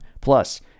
Plus